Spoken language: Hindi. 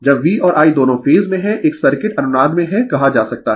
जब V और I दोनों फेज में है एक सर्किट अनुनाद में है कहा जा सकता है